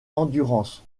endurance